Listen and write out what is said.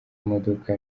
imodoka